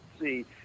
see